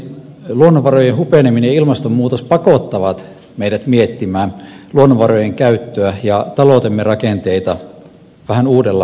luonnonvarojen hupeneminen ja ilmastonmuutos pakottavat meidät miettimään luonnonvarojen käyttöä ja taloutemme rakenteita vähän uudella tavalla